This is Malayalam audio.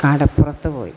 കടപ്പുറത്ത് പോയി